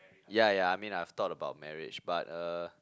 ya ya I mean I have thought about marriage but uh